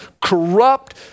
corrupt